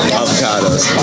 avocados